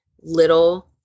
little